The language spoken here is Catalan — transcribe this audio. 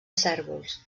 cérvols